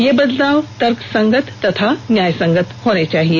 ये बदलाव तर्कसंगत तथा न्यायसंगत होने चाहिए